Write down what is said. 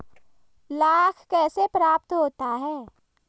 लाख कैसे प्राप्त होता है?